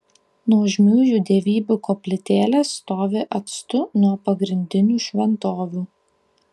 nuožmiųjų dievybių koplytėlės stovi atstu nuo pagrindinių šventovių